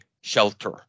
shelter